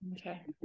okay